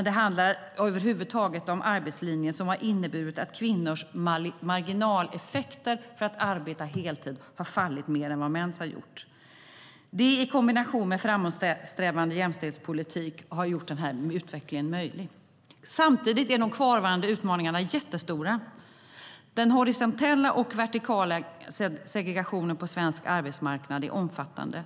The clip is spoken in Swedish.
Det handlar över huvud taget om arbetslinjen, som har inneburit att kvinnors marginaleffekter för att arbeta heltid har fallit mer än vad mäns har gjort. Det i kombination med en framåtsträvande jämställdhetspolitik har gjort den här utvecklingen möjlig. Samtidigt är de kvarvarande utmaningarna jättestora. Den horisontella och vertikala segregationen på svensk arbetsmarknad är omfattande.